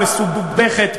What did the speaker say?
המסובכת,